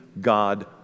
god